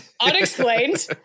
Unexplained